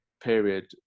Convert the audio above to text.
period